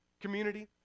community